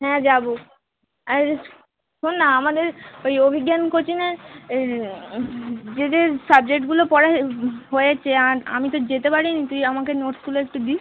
হ্যাঁ যাবো আর শোন না আমাদের ওই অভিজ্ঞান কোচিংয়ের যে যে সাবজেক্টগুলো পড়ায় হয়েছে আমি তো যেতে পারি নি তুই আমাকে নোটসগুলো একটু দিস